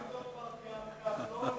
נכון,